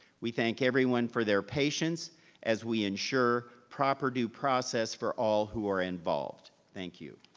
we thank everyone for their patience as we ensure proper due process for all who are involved. thank you.